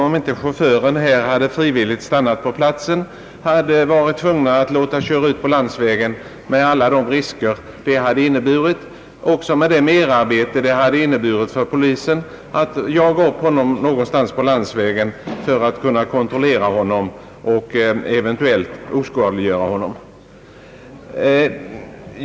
Om chauffören inte frivilligt hade stannat på platsen, hade bilen kört ut på landsvägen med alla de risker detta hade inneburit, för att inte tala om det merarbete det hade medfört för polisen att jaga ifatt lastbilen någonstans på vägen för att kontrollera den och utfärda körförbud.